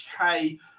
okay